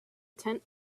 tent